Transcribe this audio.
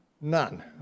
None